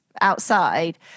outside